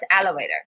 elevator